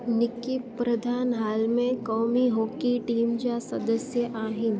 निक्की प्रधान हाल में कौमी हॉकी टीम जा सदस्य आहिनि